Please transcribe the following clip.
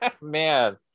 Man